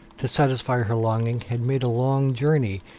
to satisfy her longing, had made a long journey,